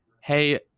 hey